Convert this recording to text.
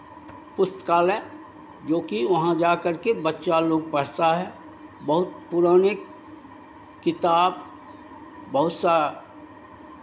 पुस्तकालय जोकि वहाँ जा करके बच्चा लोग पढ़ता है बहुत पुरानी किताब बहुत सा